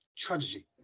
Tragedy